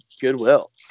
Goodwill